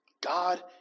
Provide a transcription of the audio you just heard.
God